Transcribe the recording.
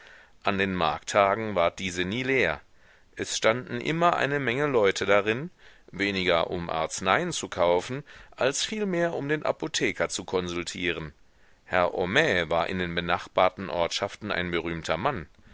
an den markttagen ward diese nie leer es standen immer eine menge leute darin weniger um arzneien zu kaufen als vielmehr um den apotheker zu konsultieren herr homais war in den benachbarten ortschaften ein berühmter mann